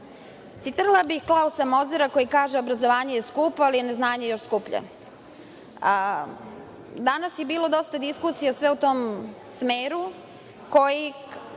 bih Klausa Mozera koji kaže – obrazovanje je skupo, ali je neznanje još skuplje. Danas je bilo dosta diskusije sve u tom smeru koji